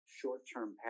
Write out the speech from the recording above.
short-term